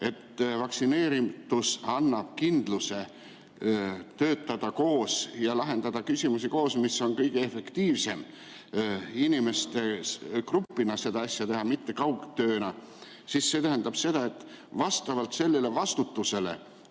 et vaktsineeritus annab kindluse töötada koos ja lahendada küsimusi koos, mis on kõige efektiivsem – grupina seda asja teha, mitte kaugtööna –, siis see tähendab seda, et vastavalt sellele on meil